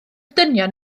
dynion